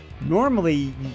Normally